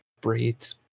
breeds